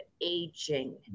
aging